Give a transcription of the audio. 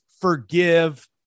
forgive